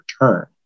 return